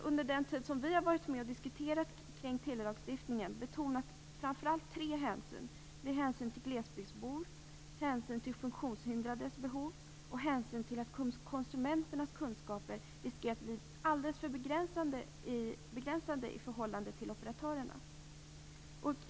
Under den tid som vi har varit med och diskuterat kring telelagstiftningen har vi betonat framför allt tre hänsyn: hänsyn till glesbygdsbor, hänsyn till funktionshindrades behov och hänsyn till att konsumenternas kunskaper riskerar att bli alldeles för begränsade i förhållande till operatörerna.